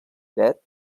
dret